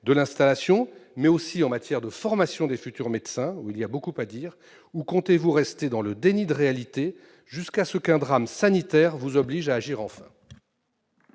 de l'installation, mais aussi de formation des futurs médecins- il y a beaucoup à dire en la matière -, ou comptez-vous rester dans le déni de la réalité, jusqu'à ce qu'un drame sanitaire vous oblige à agir enfin ?